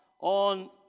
on